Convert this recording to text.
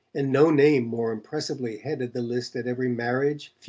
and no name more impressively headed the list at every marriage,